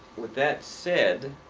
with that said,